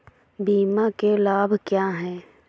बीमा के लाभ क्या हैं?